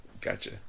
gotcha